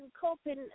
coping